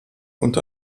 und